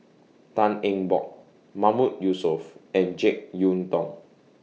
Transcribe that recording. Tan Eng Bock Mahmood Yusof and Jek Yeun Thong